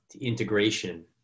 integration